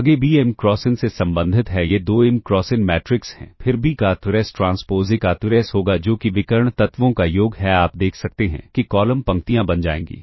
आगे B m cross n से संबंधित है ये दो m क्रॉस n मैट्रिक्स हैं फिर B का ट्रेस ट्रांसपोज़ A का ट्रेस होगा जो कि विकर्ण तत्वों का योग है आप देख सकते हैं कि कॉलम पंक्तियां बन जाएंगी